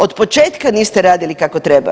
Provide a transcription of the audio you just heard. Otpočetka niste radili kako treba.